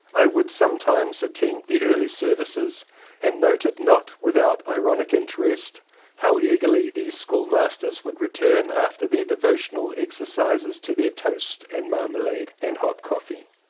i would sometimes attend the early services and noted not without ironic interest how eagerly these schoolmasters would return after their devotional exercises to their toast and marmalade and hot coffee.